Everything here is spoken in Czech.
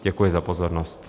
Děkuji za pozornost.